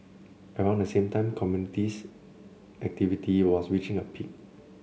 around the same time communist activity was reaching a peak